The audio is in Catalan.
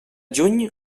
juny